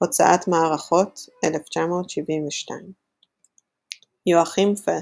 הוצאת מערכות, 1972. יואכים פסט,